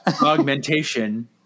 Augmentation